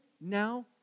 now